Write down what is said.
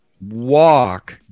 walk